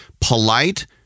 polite